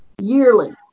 yearly